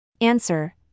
Answer